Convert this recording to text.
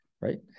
right